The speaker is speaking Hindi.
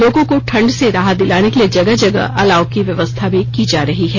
लोगों को ठंड से राहत दिलाने के लिए जगह जगह अलाव की व्यवस्था भी की जा रही है